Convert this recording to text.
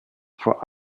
vor